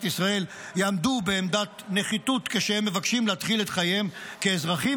ישראל יעמדו בעמדת נחיתות כשהם מבקשים להתחיל את חייהם כאזרחים,